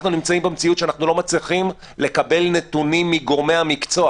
אנחנו במציאות שאנחנו לא מצליחים לקבל נתונים מגורמי המקצוע.